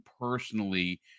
personally